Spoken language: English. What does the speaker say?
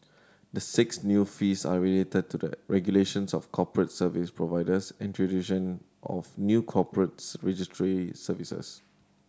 the six new fees are related to the regulations of corporate service providers and tradition of new corporates registry services